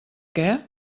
què